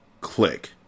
click